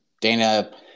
Dana